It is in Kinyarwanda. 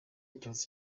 ikibazo